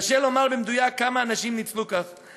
קשה לומר במדויק כמה אנשים ניצלו כך,